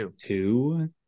two